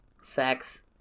sex